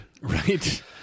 Right